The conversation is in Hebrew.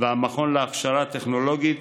והמכון להכשרה טכנולוגית,